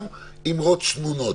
גם אמרות שנונות.